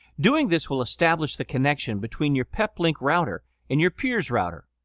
doing this will establish the connection between your peplink router and your peer's router.